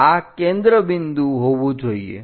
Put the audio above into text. તો આ કેન્દ્ર બિંદુ હોવું જોઈએ